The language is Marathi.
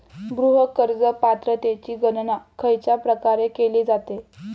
गृह कर्ज पात्रतेची गणना खयच्या प्रकारे केली जाते?